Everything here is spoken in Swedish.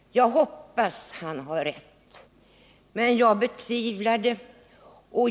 Jag hoppas att han har rätt, men jag betvivlar det.